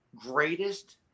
greatest